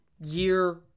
year